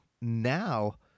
Now